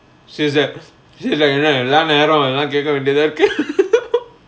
she said she said err இதலா நேரோ இதலா கேக்கவேண்டி இருக்கு:ithalaa nero ithala kaekavaendi irukku